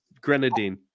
Grenadine